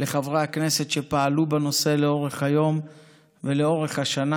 ולחברי הכנסת שפעלו בנושא לאורך היום ולאורך השנה,